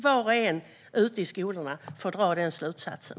Var och en ute i skolorna får dra den slutsatsen.